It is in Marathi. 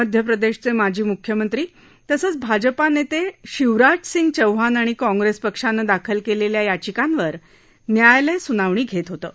मध्य प्रदेशचे माजी मुख्यमंत्री तसंच भाजपा नेते शिवराजसिंग चौहान आणि काँग्रेस पक्षानं दाखल केलेल्या याचिकांवर न्यायालय सुनावणी घेत होतं